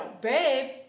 babe